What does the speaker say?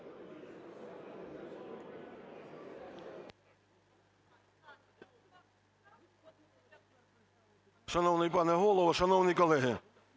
Шановний пане Голово, шановні колеги,